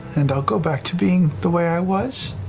and i'll go back to being the way i was?